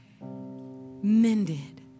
mended